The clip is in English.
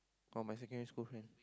got my secondary school friend